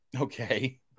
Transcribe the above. Okay